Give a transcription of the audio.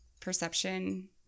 perception